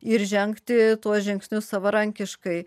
ir žengti tuos žingsnius savarankiškai